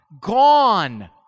gone